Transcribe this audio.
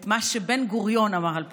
את מה שבן-גוריון אמר על פוליטיקה.